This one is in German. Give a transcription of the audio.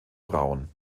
braun